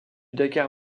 dakar